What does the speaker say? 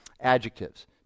adjectives